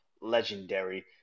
legendary